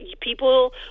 people